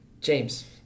James